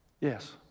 Yes